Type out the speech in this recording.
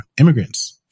Immigrants